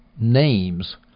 names